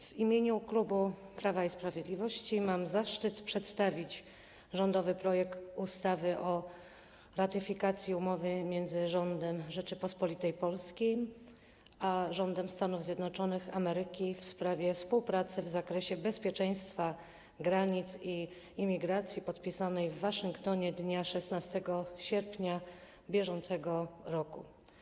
W imieniu klubu Prawo i Sprawiedliwość mam zaszczyt przedstawić rządowy projekt ustawy o ratyfikacji Umowy między Rządem Rzeczypospolitej Polskiej a Rządem Stanów Zjednoczonych Ameryki w sprawie współpracy w zakresie bezpieczeństwa granic i imigracji, podpisanej w Waszyngtonie dnia 16 sierpnia br.